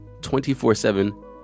24-7